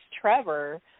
Trevor